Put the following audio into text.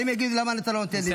ואחרים יגידו: למה אתה לא נותן לי,